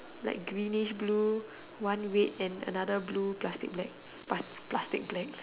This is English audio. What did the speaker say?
like greenish blue one red and another blue plastic bag plastic black